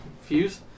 Fuse